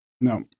No